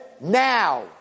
Now